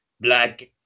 Black